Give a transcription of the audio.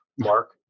mark